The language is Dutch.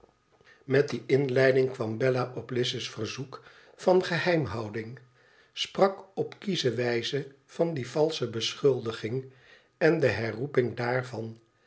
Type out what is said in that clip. met die inleiding kwam bella op lize's verzoek van geheimhouding sprak op kiesche wijze van die valsche beschuldiging en de herroeping daarvan